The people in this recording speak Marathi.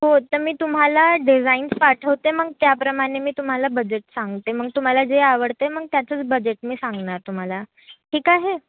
हो तर मी तुम्हाला डिझाइन्स पाठवते मग त्याप्रमाणे मी तुम्हाला बजेट सांगते मग तुम्हाला जे आवडतं आहे मग त्याचंच बजेट मी सांगणार तुम्हाला ठीक आहे